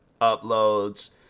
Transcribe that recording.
uploads